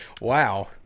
wow